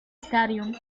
stadium